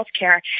healthcare